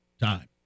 time